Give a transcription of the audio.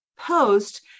post